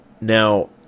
Now